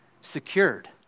secured